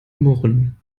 murren